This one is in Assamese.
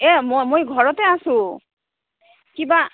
এই মই মই ঘৰতে আছোঁ কিবা